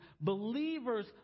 believers